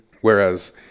Whereas